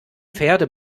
pferde